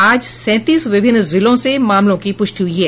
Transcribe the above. आज सैंतीस विभिन्न जिलों से मामलों की पुष्टि हुई है